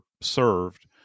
served